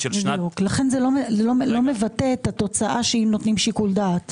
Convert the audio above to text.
לכן זה לא מבטא את התוצאה שאם נותנים שיקול דעת.